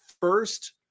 first